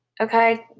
okay